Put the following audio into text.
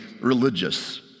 religious